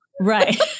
Right